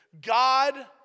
God